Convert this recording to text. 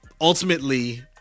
ultimately